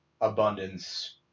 Abundance